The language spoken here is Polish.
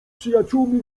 przyjaciółmi